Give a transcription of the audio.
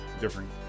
different